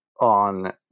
on